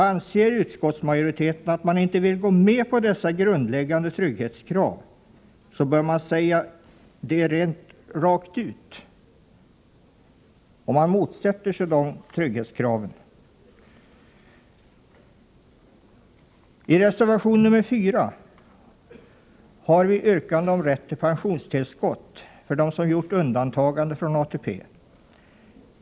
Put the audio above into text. Anser utskottsmajoriteten att den inte vill gå med på dessa grundläggande trygghetskrav, bör den i så fall säga det rakt ut. I reservation nr 4 yrkar vi att de folkpensionärer som har gjort undantagande från ATP skall ha rätt till pensionstillskott.